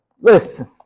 Listen